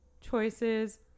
choices